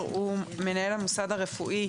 המאשר הסופי של ההרשאה הוא מנהל המוסד הרפואי,